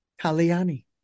Kalyani